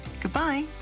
goodbye